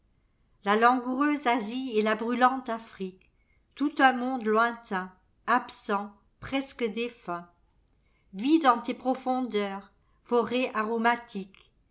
la langoureuse asie et la brûlante afrique tout un monde lointain absent presque défunt vit dans tes profondeurs forêt